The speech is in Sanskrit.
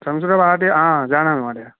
संस्कृतभारती आ जानामि महोडय